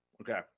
Okay